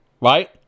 right